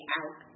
out